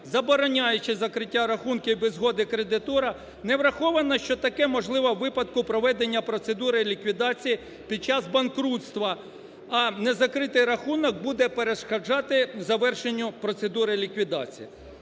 забороняючи закриття рахунків без згоди кредитора, не враховано, що таке можливо у випадку проведення процедури ліквідації під час банкрутства. А незакритий рахунок буде перешкоджати завершенню процедури ліквідації.